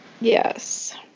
Yes